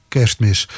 kerstmis